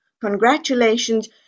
Congratulations